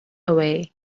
away